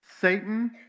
Satan